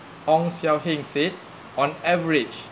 ong seow heng said on average